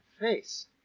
face